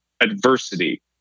adversity